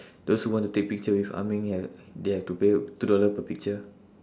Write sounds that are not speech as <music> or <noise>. <breath> those who want to take picture with ah ming have they have to pay two dollar per picture